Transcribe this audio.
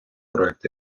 проект